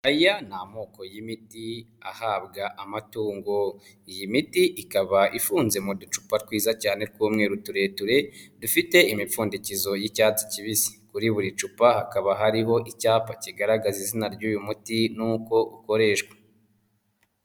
Aya ni amoko y'imiti ahabwa amatungo. Iyi miti ikaba ifunze mu ducupa twiza cyane tw'umweru tureture dufite imipfundikizo y'icyatsi kibisi, kuri buri cupa hakaba hariho icyapa kigaragaza izina ry'uyu muti nuko ukoreshwa.